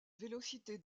vélocité